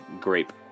grape